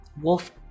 wolf